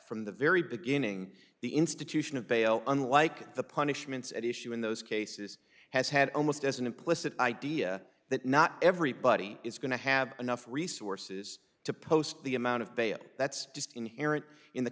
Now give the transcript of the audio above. from the very beginning the institution of bail unlike the punishments at issue in those cases has had almost as an implicit idea that not everybody is going to have enough resources to post the amount of bail that's just inherent in the